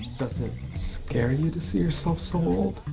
doesn't it scare you to see yourself so old?